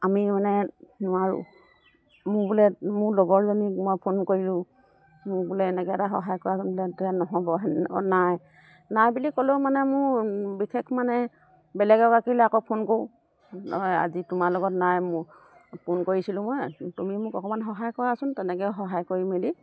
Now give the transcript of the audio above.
আমি মানে নোৱাৰোঁ মোৰ বোলে মোৰ লগৰজনী মই ফোন কৰিলোঁ মোক বোলে এনেকে এটা সহায় কৰাচোন তে নহ'ব নাই নাই বুলি ক'লেও মানে মোৰ বিশেষ মানে বেলেগ এগৰাকীলে আকৌ ফোন কৰোঁ আজি তোমাৰ লগত নাই মোৰ ফোন কৰিছিলোঁ মই তুমি মোক অকমান সহায় কৰাচোন তেনেকেও সহায় কৰি মেলি